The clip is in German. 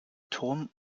turm